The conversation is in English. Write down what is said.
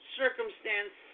circumstance